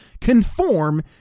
Conform